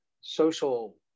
social